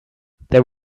there